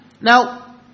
Now